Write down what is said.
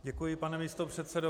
Děkuji, pane místopředsedo.